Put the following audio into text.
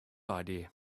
idea